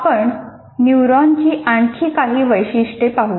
आपण न्यूरॉन्सची आणखी काही वैशिष्ट्ये पाहूया